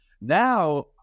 Now